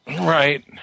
Right